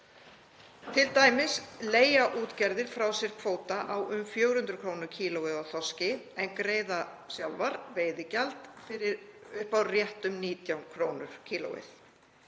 t.d. leigja útgerðir frá sér kvóta á um 400 kr. kílóið á þorski en greiða sjálfar veiðigjald upp á rétt um 19 kr. kílóið.